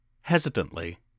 hesitantly